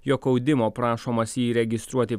jog audimo prašomas jį įregistruoti